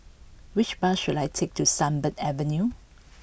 which bus should I take to Sunbird Avenue